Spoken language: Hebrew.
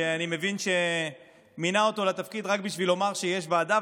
שאני מבין שמינה אותו לתפקיד רק בשביל לומר שיש ועדה,